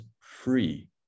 free